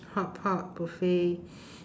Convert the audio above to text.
hotpot buffet